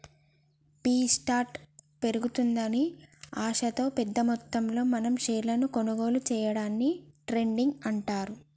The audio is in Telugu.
బి స్టార్ట్ పెరుగుతుందని ఆశతో పెద్ద మొత్తంలో మనం షేర్లను కొనుగోలు సేయడాన్ని ట్రేడింగ్ అంటారు